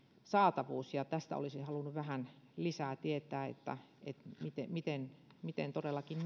saatavuus tästä olisin halunnut vähän lisää tietää että miten miten todellakin